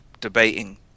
debating